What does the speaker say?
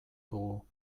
dugu